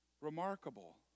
Remarkable